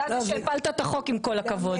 אתה זה שהפיל את החוק, עם כל הכבוד.